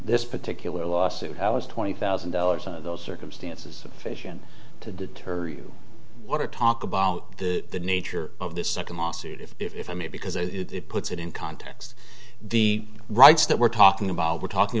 this particular lawsuit was twenty thousand dollars on those circumstances fission to deter you want to talk about the nature of this second lawsuit if i may because it puts it in context the rights that we're talking about we're talking